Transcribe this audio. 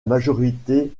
majorité